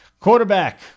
Quarterback